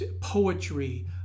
poetry